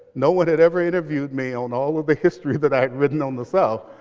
no one had ever interviewed me on all of the history that i had written on the south,